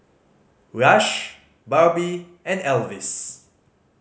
Rush Barbie and Alvis